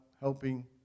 helping